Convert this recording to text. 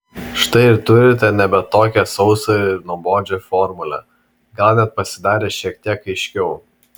štai ir turite nebe tokią sausą ir nuobodžią formulę gal net pasidarė šiek tiek aiškiau